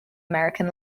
american